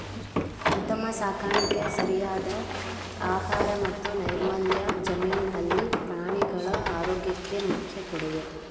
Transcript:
ಉತ್ತಮ ಸಾಕಾಣಿಕೆ ಸರಿಯಾದ ಆಹಾರ ಮತ್ತು ನೈರ್ಮಲ್ಯ ಜಮೀನಿನಲ್ಲಿ ಪ್ರಾಣಿಗಳ ಆರೋಗ್ಯಕ್ಕೆ ಮುಖ್ಯ ಕೊಡುಗೆ